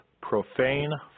profane